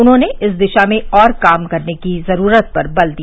उन्होंने इस दिशा में और काम करने की ज़रूरत पर बल दिया